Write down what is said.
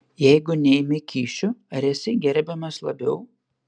jeigu neimi kyšių ar esi gerbiamas labiau